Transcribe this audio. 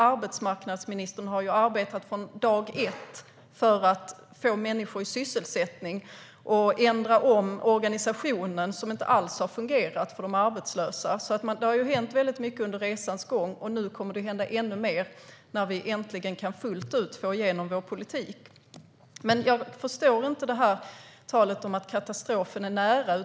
Arbetsmarknadsministern har ju arbetat från dag ett för att få människor i sysselsättning och förändra en organisation som inte alls har fungerat för de arbetslösa. Det har alltså hänt väldigt mycket under resans gång, och när vi nu äntligen fullt ut kan få igenom vår politik kommer det att hända ännu mer. Jag förstår inte det här talet om att katastrofen är nära.